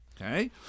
okay